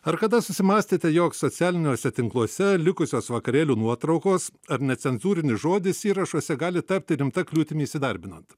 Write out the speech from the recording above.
ar kada susimąstėte jog socialiniuose tinkluose likusios vakarėlių nuotraukos ar necenzūrinis žodis įrašuose gali tapti rimta kliūtimi įsidarbinant